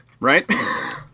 Right